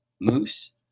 Moose